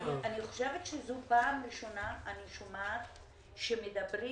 אני חושבת שזו פעם ראשונה שאני שומעת שמדברים